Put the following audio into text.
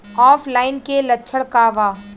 ऑफलाइनके लक्षण क वा?